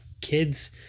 kids